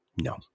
No